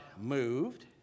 moved